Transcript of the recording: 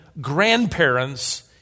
grandparents